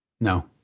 No